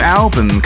album